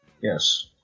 Yes